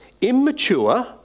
immature